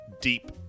deep